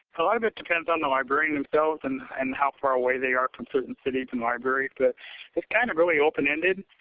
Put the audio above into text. a lot of it depends on the librarian themselves and and how far away they are from certain cities and libraries but it's kind of really open-ended.